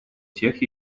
всех